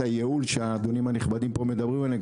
הייעול שהאדונים הנכבדים פה מדברים עליו,